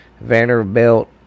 Vanderbilt